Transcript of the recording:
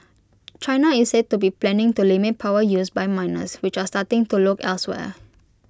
China is said to be planning to limit power use by miners which are starting to look elsewhere